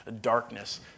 darkness